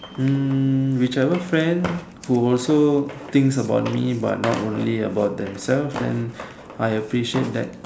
hmm whichever friend who also thinks about me but not only about themself and I appreciate that